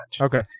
Okay